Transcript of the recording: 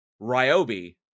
ryobi